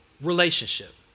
relationship